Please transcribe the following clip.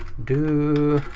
do